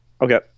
Okay